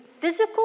physical